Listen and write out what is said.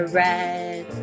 red